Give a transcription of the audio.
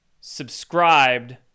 subscribed